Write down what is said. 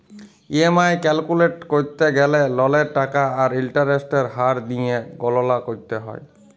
EMI calculate ক্যরতে গ্যালে ললের টাকা আর ইলটারেস্টের হার দিঁয়ে গললা ক্যরতে হ্যয়